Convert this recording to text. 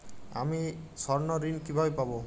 আমি স্বর্ণঋণ কিভাবে পাবো?